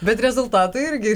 bet rezultatai irgi